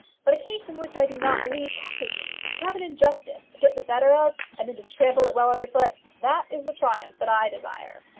but a case in which i do not believe crushes me. to have an injustice to get the better of, and then to trample it well under foot that is the triumph that i desire.